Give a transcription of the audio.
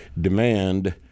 demand